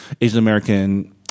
Asian-American